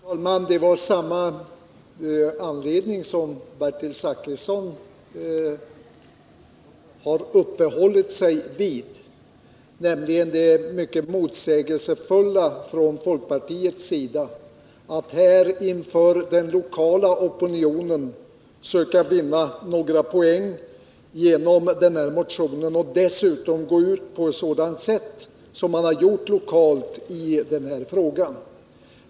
Herr talman! Jag har begärt ordet av samma anledning som Bertil Zachrisson, nämligen för att påtala det mycket motsägelsefulla agerandet från folkpartiets sida. Inför den lokala opinionen har man sökt vinna några poäng genom sin motion och genom det sätt på vilket man lokalt gått ut i den här frågan.